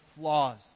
flaws